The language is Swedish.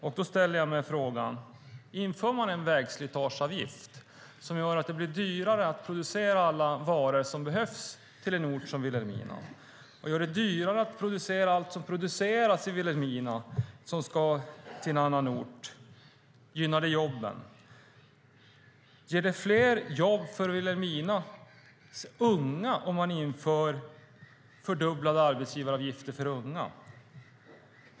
Om man inför en vägslitageavgift som gör att det blir dyrare att producera alla varor som behövs till en ort som Vilhelmina, och gör det dyrare att producera allt som produceras i Vilhelmina som ska till en annan ort, gynnar det jobben? Ger det fler jobb till Vilhelminas unga om man inför fördubblade arbetsgivaravgifter för unga?